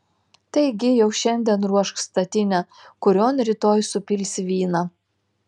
taigi jau šiandien ruošk statinę kurion rytoj supilsi vyną